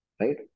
right